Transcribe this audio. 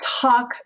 talk